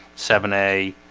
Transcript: seven a